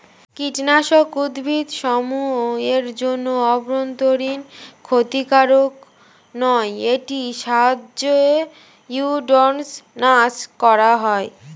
কীটনাশক উদ্ভিদসমূহ এর জন্য অভ্যন্তরীন ক্ষতিকারক নয় এটির সাহায্যে উইড্স নাস করা হয়